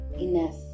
enough